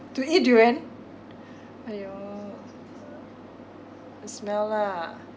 to eat durian !aiyo! the smell lah